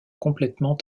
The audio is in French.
complètement